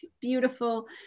beautiful